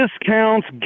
discounts